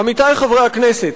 עמיתי חברי הכנסת,